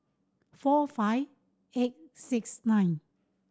four five eight six nine